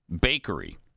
bakery